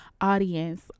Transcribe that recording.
audience